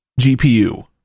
GPU